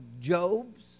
Job's